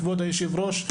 כבוד היושב-ראש,